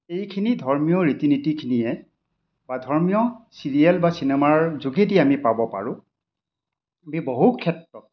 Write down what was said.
এইখিনি ধৰ্মীয় ৰীতি নীতিখিনিয়ে বা ধৰ্মীয় চিৰিয়েল বা চিনেমাৰ যোগেদি আমি পাব পাৰোঁ এই বহু ক্ষেত্ৰত